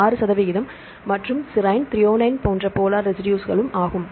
6 சதவிகிதம் மற்றும் serine threonine போன்ற போலார் ரெசிடுஸ்களும் ஆகும்